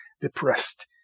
depressed